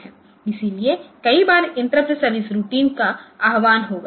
इसलिए कई बार इंटरप्ट सर्विस रूटीन का आह्वान होगा